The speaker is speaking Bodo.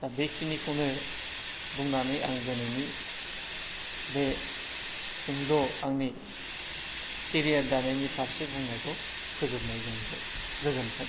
दा बेखिनिखौनो बुंनानै आं दिनैनि बे सुंद' आंनि केरियार दानायनि फारसे बुंनायखौ फोजोबनाय जाहैबाय गोजोन्थों